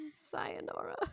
Sayonara